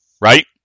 right